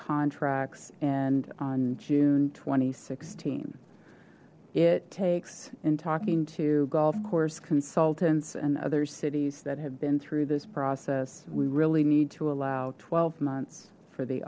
contracts and on june two thousand and sixteen it takes in talking to golf course consultants and other cities that have been through this process we really need to allow twelve months for the